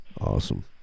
Awesome